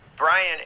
Brian